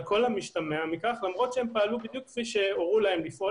וזאת למרות שהם פעלו בדיוק כפי שהורו להם לפעול